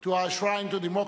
to our shrine of democracy,